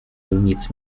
nic